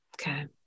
Okay